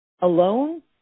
alone